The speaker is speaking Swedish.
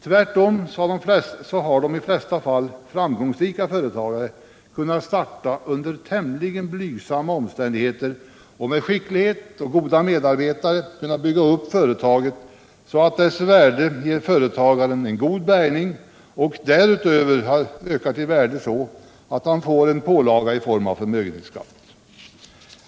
Tvärtom så har De mindre och i de flesta fall framgångsrika företagare kunnat starta under tämligen medelstora blygsamma omständigheter och med skicklighet och goda medarbetare = företagens utveckkunnat bygga upp företaget så att dess värde ger företagaren en god ling, m.m. bärgning men därutöver också en pålaga i form av förmögenhetsskatt.